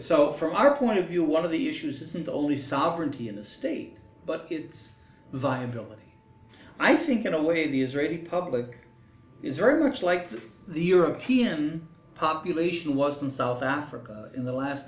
so from our point of view one of the issues isn't only sovereignty of the state but it's viability i think in a way the israeli public is very much like that the european population was in south africa in the last